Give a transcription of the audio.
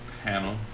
panel